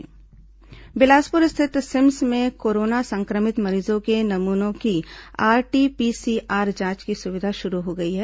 Bilaspur RTPCR जांच बिलासपुर स्थित CIMS में कोरोना संक्रमित मरीजों के नमूनों की आरटीपीसीआर जांच की सुविधा शुरू हो गई है